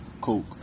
coke